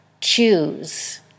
choose